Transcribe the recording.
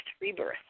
rebirth